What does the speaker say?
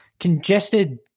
congested